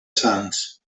sants